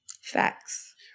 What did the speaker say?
Facts